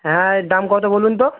হ্যাঁ এর দাম কতো বলুন তো